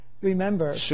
remember